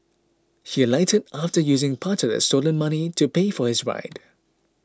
he alighted after using part of the stolen money to pay for his ride